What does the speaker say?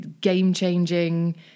game-changing